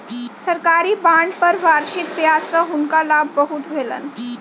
सरकारी बांड पर वार्षिक ब्याज सॅ हुनका बहुत लाभ भेलैन